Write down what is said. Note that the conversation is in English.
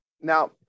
Now